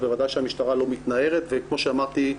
אז בוודאי שהמשטרה לא מתנערת וכמו שאמרתי,